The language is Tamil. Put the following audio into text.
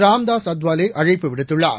ராம்தாஸ் அதவாலே அழைப்பு விடுத்துள்ளார்